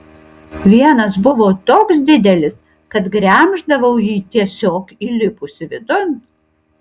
vienas buvo toks didelis kad gremždavau jį tiesiog įlipusi vidun